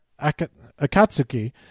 akatsuki